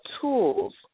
tools